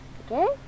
okay